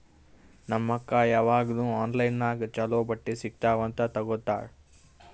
ನಮ್ ಅಕ್ಕಾ ಯಾವಾಗ್ನೂ ಆನ್ಲೈನ್ ನಾಗೆ ಛಲೋ ಬಟ್ಟಿ ಸಿಗ್ತಾವ್ ಅಂತ್ ತಗೋತ್ತಾಳ್